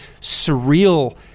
surreal